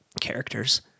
characters